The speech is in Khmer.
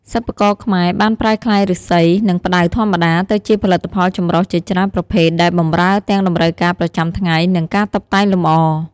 សិប្បករខ្មែរបានប្រែក្លាយឫស្សី និងផ្តៅធម្មតា ទៅជាផលិតផលចម្រុះជាច្រើនប្រភេទដែលបម្រើទាំងតម្រូវការប្រចាំថ្ងៃ និងការតុបតែងលម្អ។